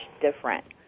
different